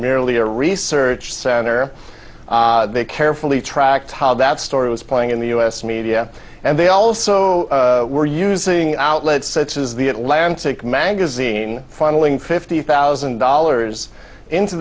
merely a research center they carefully tracked how that story was playing in the us media and they also were using outlets such as the atlantic magazine funneling fifty thousand dollars into